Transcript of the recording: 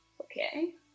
Okay